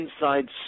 inside